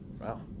Wow